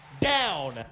down